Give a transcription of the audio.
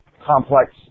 complex